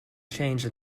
changed